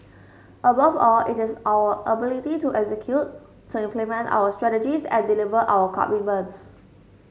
above all it is our ability to execute to implement our strategies and deliver our commitments